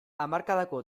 hamarkadako